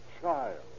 child